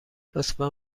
لطفا